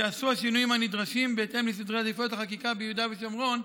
ייעשו השינויים הנדרשים בהתאם לסדרי העדיפויות לחקיקה ביהודה ושומרון,